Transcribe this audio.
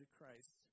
Christ